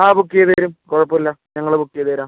ആ ബുക്ക് ചെയ്ത് തരും കുഴപ്പമില്ല ഞങ്ങൾ ബുക്ക് ചെയ്ത് തരാം